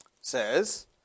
says